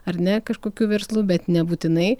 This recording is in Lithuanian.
ar ne kažkokiu verslu bet nebūtinai